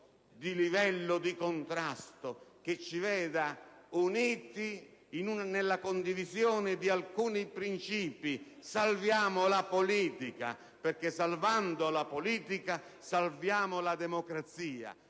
di livello di contrasto, che ci veda uniti nella condivisione di alcuni principi. Salviamo la politica, perché salvando la politica salviamo la democrazia.